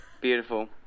Beautiful